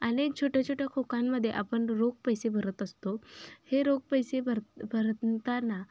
अनेक छोट्या छोट्या खोक्यांमध्ये आपण रोख पैसे भरत असतो हे रोख पैसे भर भरताना